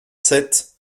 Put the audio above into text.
sept